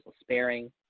sparing